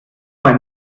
mal